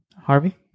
Harvey